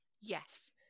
Yes